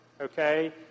okay